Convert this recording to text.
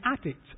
addict